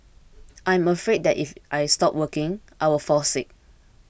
I am afraid that if I stop working I will fall sick